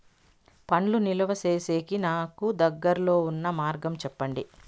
పండ్లు నిలువ సేసేకి నాకు దగ్గర్లో ఉన్న మార్గం చెప్పండి?